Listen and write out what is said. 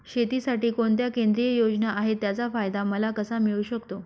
शेतीसाठी कोणत्या केंद्रिय योजना आहेत, त्याचा फायदा मला कसा मिळू शकतो?